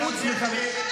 חוץ מחברי,